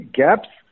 gaps